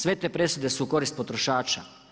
Sve te presude su u korist potrošača.